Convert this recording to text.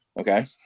Okay